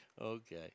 Okay